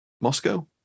Moscow